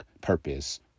purpose